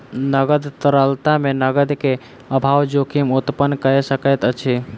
नकद तरलता मे नकद के अभाव जोखिम उत्पन्न कय सकैत अछि